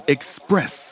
Express